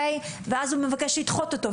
ואז הוא גם מבקש לדחות אותו,